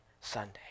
Sunday